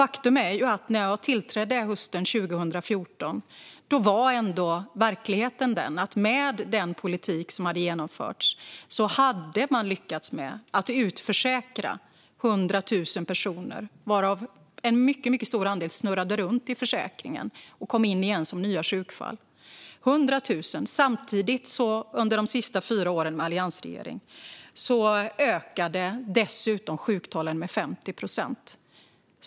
Faktum är att när jag tillträdde hösten 2014 var verkligheten den att med den politik som hade förts hade man lyckats utförsäkra 100 000 personer, varav en mycket stor andel snurrade runt i försäkringen och kom in igen som nya sjukfall. Under de sista fyra åren med alliansregeringen ökade samtidigt dessutom sjuktalen med 50 procent.